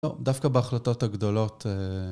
לא, דווקא בהחלטות הגדולות...